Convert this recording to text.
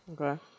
Okay